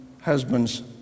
husbands